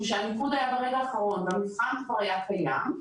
שהמיקוד היה ברגע האחרון והמבחן כבר היה קיים,